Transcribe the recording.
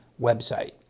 website